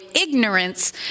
ignorance